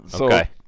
Okay